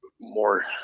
more